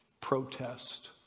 Protest